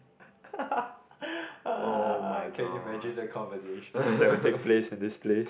can imagine the conversations that will take place in this place